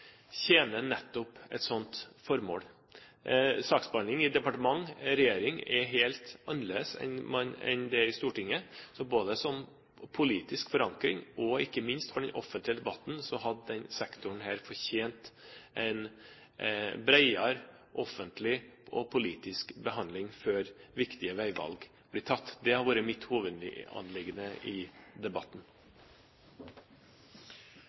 tjener nettopp et sånt formål. Saksbehandling i departement og regjering er helt annerledes enn i Stortinget. Både som politisk forankring og ikke minst for den offentlige debatten hadde denne saken fortjent en bredere offentlig og politisk behandling før viktige veivalg blir tatt. Det har vært mitt hovedanliggende i debatten.